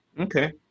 Okay